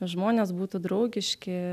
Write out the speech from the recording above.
žmonės būtų draugiški